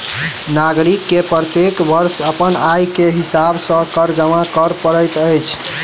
नागरिक के प्रत्येक वर्ष अपन आय के हिसाब सॅ कर जमा कर पड़ैत अछि